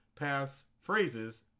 passphrases